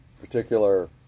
particular